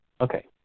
Okay